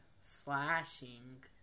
Slashing